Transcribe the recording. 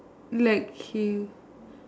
like he